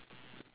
ya